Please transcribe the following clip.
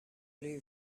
blue